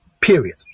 period